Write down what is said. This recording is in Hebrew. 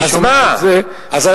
אני שומע את זה מהרבה